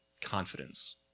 confidence